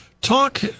Talk